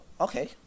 okay